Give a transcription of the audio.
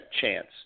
chance